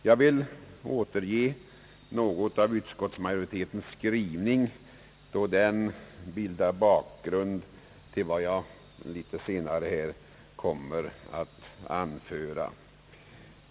Jag vill återge något av utskottsmajoritetens skrivning, då den bildar bakgrund till vad jag litet senare här kommer att anföra.